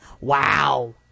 Wow